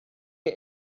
get